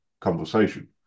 conversation